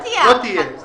לא תהיה הארכה נוספת.